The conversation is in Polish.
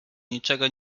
niczego